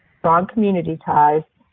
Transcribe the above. strong community ties,